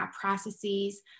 processes